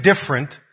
different